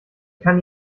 kann